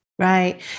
Right